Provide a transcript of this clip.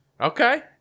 Okay